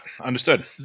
Understood